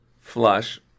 Flush